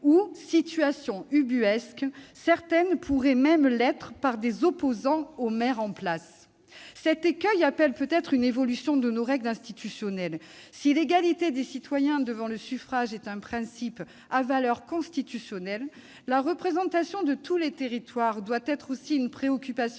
ou, situation ubuesque, certaines pourraient l'être par des opposants aux maires en place. Cet écueil appelle peut-être une évolution de nos règles institutionnelles. Si l'égalité des citoyens devant le suffrage est un principe à valeur constitutionnelle, la représentation de tous les territoires doit aussi être une préoccupation